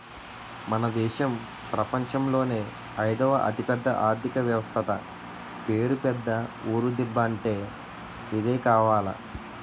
మన దేశం ప్రపంచంలోనే అయిదవ అతిపెద్ద ఆర్థిక వ్యవస్థట పేరు పెద్ద ఊరు దిబ్బ అంటే ఇదే కావాల